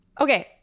Okay